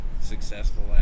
successful